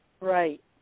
Right